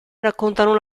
raccontano